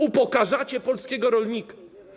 Upokarzacie polskiego rolnika.